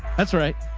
that's right.